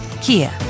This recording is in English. Kia